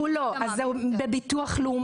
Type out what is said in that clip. בביטוח לאומי.